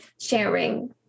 sharing